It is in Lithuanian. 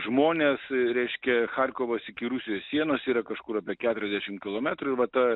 žmonės reiškia charkovas iki rusijos sienos yra kažkur apie keturiasdešim kilometrų ir va ta